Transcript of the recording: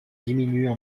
diminuent